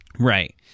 Right